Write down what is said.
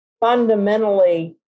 fundamentally